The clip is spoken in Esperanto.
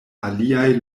aliaj